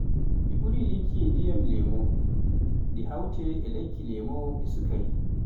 Mi ɓurii yikki ndiyam leemo ndi hawtee e lekki leemo e sikari.